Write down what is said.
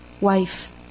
Wife